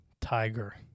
tiger